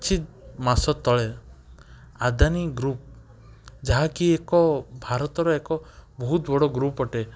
କିଛିମାସ ତଳେ ଆଦାନି ଗ୍ରୁପ୍ ଯାହାକି ଏକ ଭାରତର ଏକ ବହୁତ ବଡ଼ ଗ୍ରୁପ୍ ଅଟେ